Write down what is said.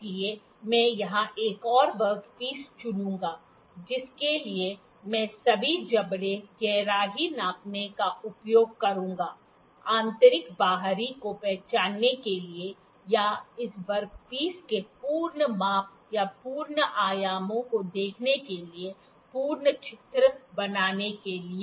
इसलिए मैं यहां एक और वर्कपीस चुनूंगा जिसके लिए मैं सभी जबड़े गहराई नापने का उपयोग करूंगा आंतरिक बाहरी को पहचानने के लिए या इस वर्कपीस के पूर्ण माप या पूर्ण आयामों को देखने के लिए पूर्ण चित्र बनाने के लिए